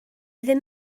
ddim